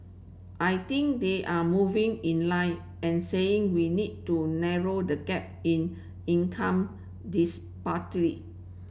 I think they are moving in line and saying we need to narrow the gap in income